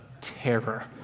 terror